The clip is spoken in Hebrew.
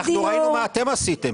ראינו מה אתם עשיתם.